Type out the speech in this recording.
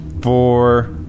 Four